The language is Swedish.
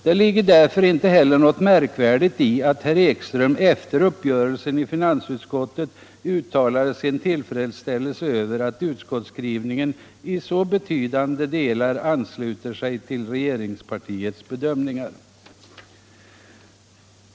Det ligger därför inte heller något märkvärdigt i att herr Ekström efter uppgörelsen i finansutskottet uttalade sin tillfredsställelse över att utskottsskrivningen i så betydande delar ansluter sig till regeringspartiets bedömningar.